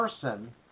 person